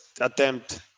attempt